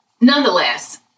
Nonetheless